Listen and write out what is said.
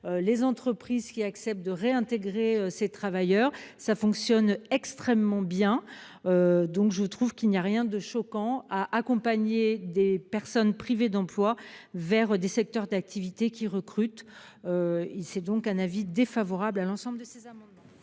les entreprises qui acceptent de réintégrer ces travailleurs. Cela fonctionne extrêmement bien. Je trouve qu'il n'y a rien de choquant à accompagner des personnes privées d'emploi vers des secteurs d'activité qui recrutent. C'est pour ces raisons que l'avis de la commission sur ces amendements